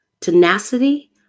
tenacity